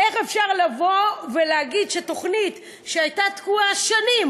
איך אפשר לבוא ולהגיד שתוכנית שהייתה תקועה שנים,